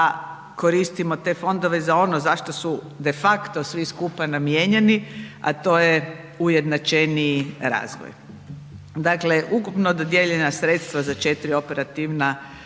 koristimo te fondove za ono za što su de facto svi skupa namijenjeni a to je ujednačeniji razvoj. Dakle ukupno dodijeljena sredstva za četiri operativna